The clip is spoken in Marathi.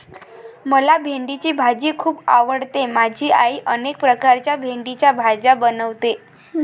मला भेंडीची भाजी खूप आवडते माझी आई अनेक प्रकारच्या भेंडीच्या भाज्या बनवते